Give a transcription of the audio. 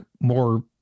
more